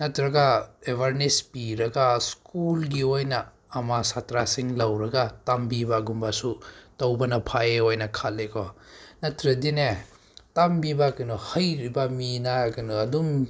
ꯅꯠꯇ꯭ꯔꯒ ꯑꯦꯋꯥꯔꯅꯦꯁ ꯄꯤꯔꯒ ꯁ꯭ꯀꯨꯜꯒꯤ ꯑꯣꯏꯅ ꯑꯃ ꯁꯥꯇ꯭ꯔꯥꯁꯤꯡ ꯂꯧꯔꯒ ꯇꯝꯕꯤꯕꯒꯨꯝꯕꯁꯨ ꯇꯧꯕꯅ ꯐꯩ ꯑꯣꯏꯅ ꯈꯜꯂꯦꯀꯣ ꯅꯠꯇ꯭ꯔꯗꯤꯅꯦ ꯇꯝꯕꯤꯕ ꯀꯩꯅꯣ ꯍꯩꯔꯤꯕ ꯃꯤꯅ ꯀꯩꯅꯣ ꯑꯗꯨꯝ